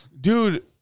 Dude